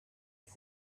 had